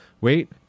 Wait